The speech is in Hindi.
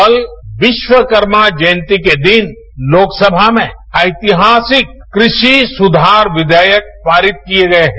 कल विश्वकर्मा जयंती के दिन लोकसभा में ऐतिहासिक कृषि सुधार विवेयक पारित किए गए हैं